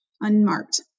unmarked